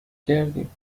کردیم